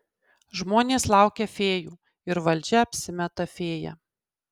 žmonės laukia fėjų ir valdžia apsimeta fėja